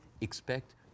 expect